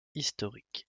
historique